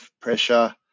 pressure